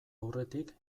aurretik